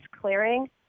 clearing